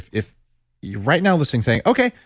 if if you're right now listening, saying, okay,